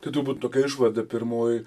tai turbūt tokia išvada pirmoji